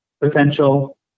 potential